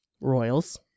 Royals